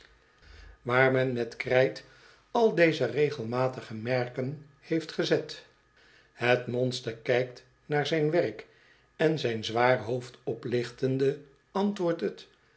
waar men met krijt al deze regelmatige merken heeft gezet het monster kijkt naar zijn werk en zijn zwaar hoofd oplichtende antwoordt het